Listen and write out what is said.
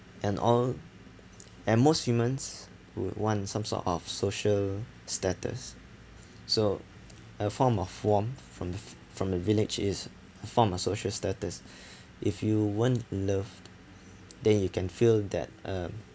and all and most humans would want some sort of social status so a form of warmth from f~ from the village is a form of social status if you weren't love then you can feel that um